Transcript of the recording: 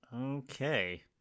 Okay